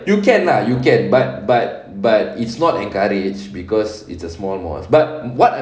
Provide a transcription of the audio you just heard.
you can lah you can but but but it's not encouraged cause it's a small mosque but what